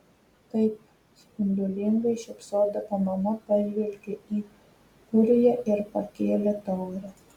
taip spindulingai šypsodama mama pažvelgė į ūriją ir pakėlė taurę